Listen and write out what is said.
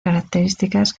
características